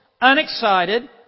unexcited